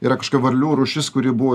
yra kažkokia varlių rūšis kuri buvo